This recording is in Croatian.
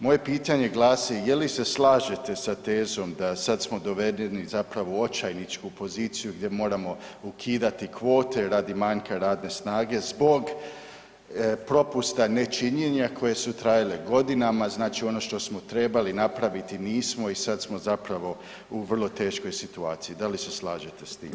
Moje pitanje glasi, je li se slažete sa tezom da sad smo dovedeni zapravo u očajničku poziciju gdje moramo ukidati kvote radi manjka radne snage zbog propusta nečinjena koje su trajale godinama, znači ono što smo trebali napraviti nismo i sad smo zapravo u vrlo teškoj situaciji, da li se slažete s tim?